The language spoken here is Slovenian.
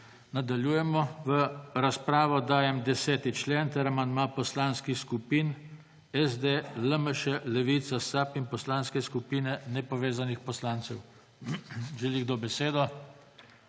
Nadaljujemo. V razpravo dajem 10. člen ter amandma poslanskih skupin SD, LMŠ, Levica, SAB in Poslanske skupine nepovezanih poslancev. Želi kdo besedo?